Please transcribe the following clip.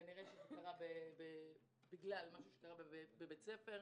כנראה שזה קרה בגלל משהו שקרה בבית הספר.